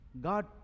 God